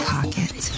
Pocket